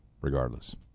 regardless